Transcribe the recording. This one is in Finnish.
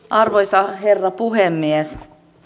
arvoisa herra puhemies